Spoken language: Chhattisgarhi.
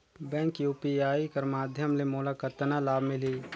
बैंक यू.पी.आई कर माध्यम ले मोला कतना लाभ मिली?